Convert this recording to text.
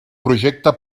projecte